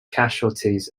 casualties